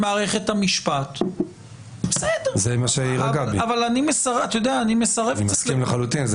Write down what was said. המשפט --- זה מה שהעירה גבי ואני מסכים עם זה לחלוטין.